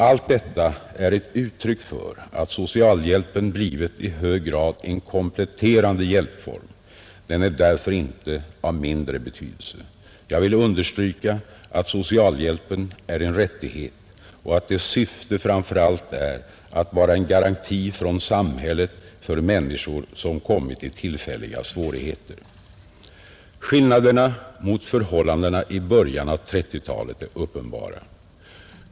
Allt detta är ett uttryck för att socialhjälpen blivit i hög grad en kompletterande hjälpform, Den är därför inte av mindre betydelse. Jag vill understryka att socialhjälpen är en rättighet och att dess syfte framför allt är att vara en garanti från samhället för människor som kommit i tillfälliga svårigheter. Skillnaderna mot förhållandena i början av 1930-talet är uppenbara.